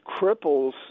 cripples